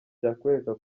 cyakwereka